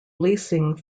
leasing